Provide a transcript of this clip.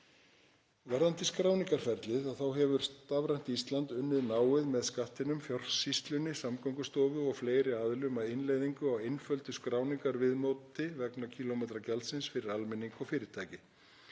Varðandi skráningarferlið hefur Stafrænt Ísland unnið náið með Skattinum, Fjársýslunni, Samgöngustofu og fleiri aðilum að innleiðingu á einföldu skráningarviðmóti vegna kílómetragjaldsins fyrir almenning og fyrirtæki.